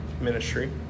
ministry